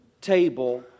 table